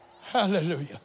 hallelujah